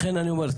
לכן אני אומר,